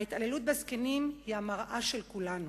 ההתעללות בזקנים היא המראה של כולנו.